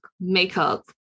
makeup